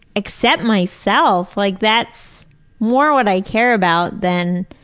accept myself. like that's more what i care about than